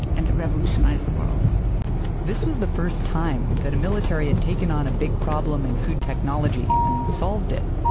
and it revolutionized the world this was the first time that a military had taken on a big problem in food technology and solved it.